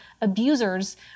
abusers